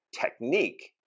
technique